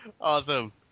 Awesome